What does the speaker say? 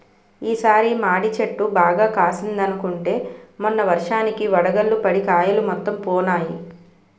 ఈ సారి మాడి చెట్టు బాగా కాసిందనుకుంటే మొన్న వర్షానికి వడగళ్ళు పడి కాయలు మొత్తం పోనాయి